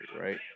right